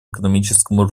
экономическому